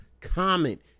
comment